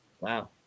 wow